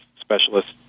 specialists